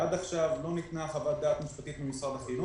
ועד עכשיו לא ניתנה חוות דעת משפטית ממשרד החינוך.